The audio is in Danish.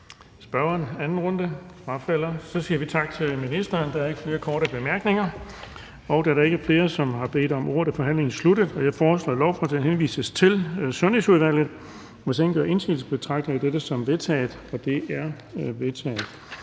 spørgeren anden runde? Nej, hun frafalder. Så siger vi tak til ministeren. Der er ikke flere korte bemærkninger. Da der ikke er flere, der har bedt om ordet, er forhandlingen sluttet. Jeg foreslår, at lovforslaget henvises til Sundhedsudvalget. Hvis ingen gør indsigelse, betragter jeg det som vedtaget. Det er vedtaget.